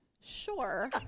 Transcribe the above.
sure